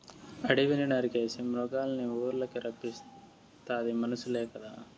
అడివిని నరికేసి మృగాల్నిఊర్లకి రప్పిస్తాది మనుసులే కదా